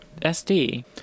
SD